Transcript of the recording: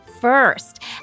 first